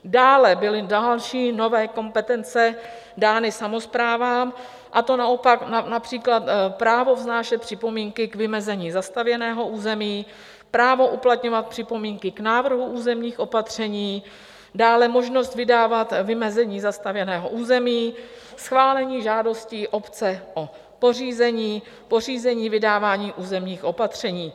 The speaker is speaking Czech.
Dále byly další nové kompetence dány samosprávám, a to například právo vznášet připomínky k vymezení zastavěného území, právo uplatňovat připomínky k návrhu územních opatření, dále možnost vydávat vymezení zastavěného území, schválení žádostí obce o pořízení, pořízení vydávání územních opatření.